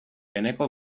eneko